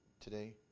today